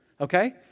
okay